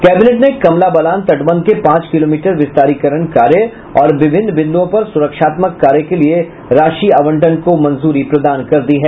cabinet ने कमला बलान तटबंध के पांच किलोमीटर विस्तारीकरण कार्य और विभिन्न बिंदुओं पर सुरक्षात्मक कार्य के लिए राशि आवंटन को मंजूरी प्रदान कर दी है